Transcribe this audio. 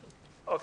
כן,